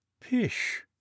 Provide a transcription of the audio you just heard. pish